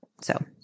So-